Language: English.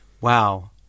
Wow